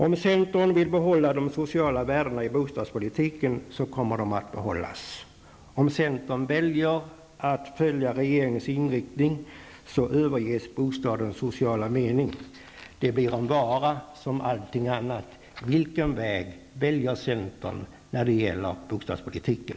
Om centern vill behålla de sociala värdena i bostadspolitiken kommer de att behållas. Om centern väljer att följa regeringens inriktning så överges bostadens sociala mening. Den blir en vara som alla andra. Vilken väg väljer centern när det gäller bostadspolitiken?